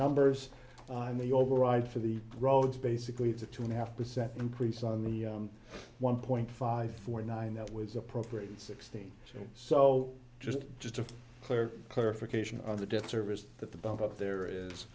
numbers on the override for the roads basically it's a two and a half percent increase on the one point five four nine that was appropriate sixteen so just just a clear clarification on the debt service that the build up there is